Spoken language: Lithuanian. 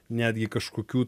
netgi kažkokių